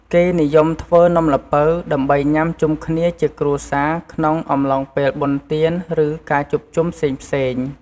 គេនិយមធ្វើនំល្ពៅ ដើម្បីញុាំជុំគ្នាជាគ្រួសារក្នុងអំឡុងពេលបុណ្យទាន ឬ ការជួបជុំផ្សេងៗ។